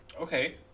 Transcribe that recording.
okay